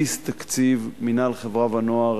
בסיס תקציב מינהל חברה ונוער,